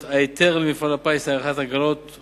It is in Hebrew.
תרבות, ניתן מעט מאוד, לכאורה, לתרבות חרדית.